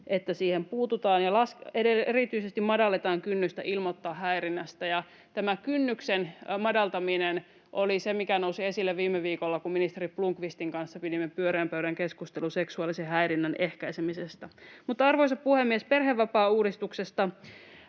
ilmi, siihen puututaan ja erityisesti madalletaan kynnystä ilmoittaa häirinnästä. Ja tämä kynnyksen madaltaminen oli se, mikä nousi esille viime viikolla, kun ministeri Blomqvistin kanssa pidimme pyöreän pöydän keskustelun seksuaalisen häirinnän ehkäisemisestä. Mutta, arvoisa puhemies, perhevapaauudistuksesta: